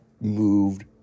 moved